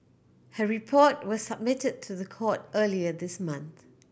her report was submitted to the court earlier this month